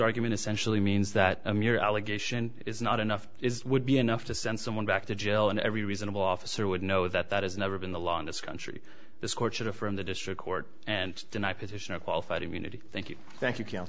argument essentially means that i'm your allegation is not enough would be enough to send someone back to jail and every reasonable officer would know that that has never been the law in this country the scorch of a from the district court and deny position of qualified immunity thank you thank you